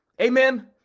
Amen